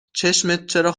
چرا